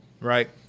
right